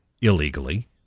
illegally